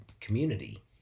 community